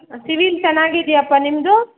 civil ಚೆನ್ನಾಗಿದ್ಯಾಪ್ಪ ನಿಮ್ಮದು